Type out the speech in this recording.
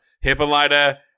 Hippolyta